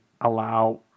allow